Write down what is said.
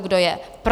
Kdo je pro?